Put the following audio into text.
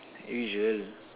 usual